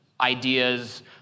ideas